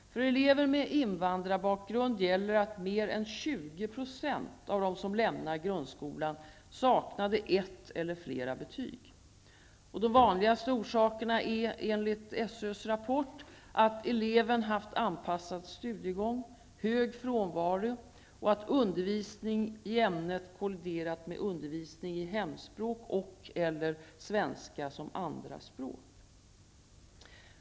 För elever med invandrarbakgrund gäller att mer än 20 % av dem som lämnade grundskolan saknade ett eller flera betyg. De vanligaste orsakerna är, enligt SÖs rapport 1991:14, att eleven haft anpassad studiegång, hög frånvaro och att undervisning i ämnet kolliderat med undervisning i hemspråk och/eller svenska som andra språk.